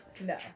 No